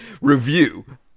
Review